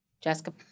Jessica